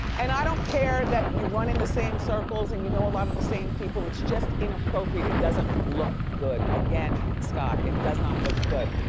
and i don't care that you run in the same circles and you know a lot of the same people, it's just inappropriate it doesn't look good. again scott, it does not look good.